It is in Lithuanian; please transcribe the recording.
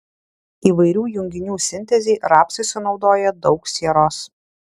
įvairių junginių sintezei rapsai sunaudoja daug sieros